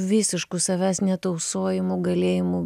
visišku savęs netausojimu galėjimu